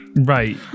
Right